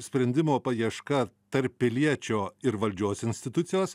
sprendimo paieška tarp piliečio ir valdžios institucijos